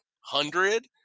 hundred